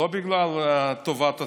לא בגלל טובת הציבור,